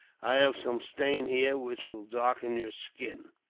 i have some stain here, which will darken your skins.